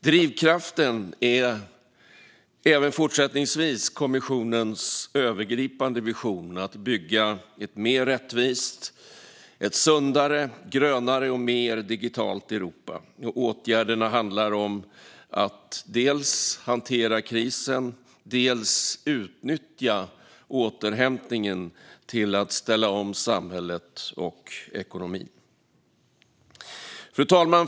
Drivkraften är även fortsättningsvis kommissionens övergripande vi-sion att bygga ett mer rättvist, sundare, grönare och mer digitalt Europa. Åtgärderna handlar om att dels hantera krisen, dels utnyttja återhämtningen till att ställa om samhället och ekonomin. Fru talman!